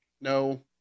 no